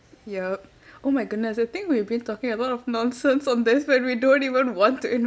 yup oh my goodness I think we've been talking a lot of nonsense on this but we don't even want to